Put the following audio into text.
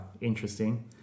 interesting